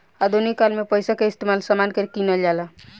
आधुनिक काल में पइसा के इस्तमाल समान के किनल जाला